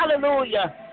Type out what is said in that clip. Hallelujah